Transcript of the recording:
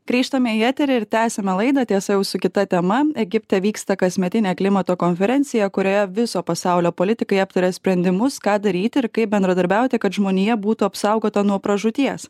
grįžtame į eterį ir tęsiame laidą tiesa jau su kita tema egipte vyksta kasmetinė klimato konferencija kurioje viso pasaulio politikai aptaria sprendimus ką daryti ir kaip bendradarbiauti kad žmonija būtų apsaugota nuo pražūties